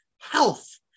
health